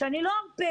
שאני לא ארפה.